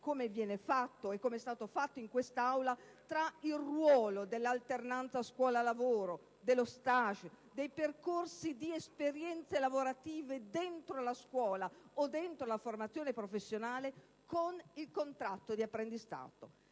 come viene fatto e come è stato fatto in quest'Aula, il ruolo dell'alternanza scuola-lavoro, dello *stage* e dei percorsi di esperienze lavorative dentro la scuola o all'interno della formazione professionale, con il contratto di apprendistato.